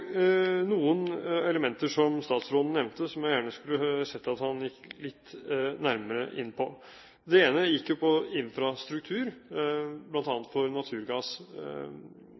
noen elementer som statsråden nevnte, som jeg gjerne skulle sett at han gikk litt nærmere inn på. Det ene gjelder infrastruktur, bl.a. for naturgass.